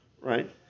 right